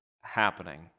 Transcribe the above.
happening